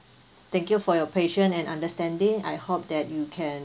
thank you for your patience and understanding I hope that you can